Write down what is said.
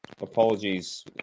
apologies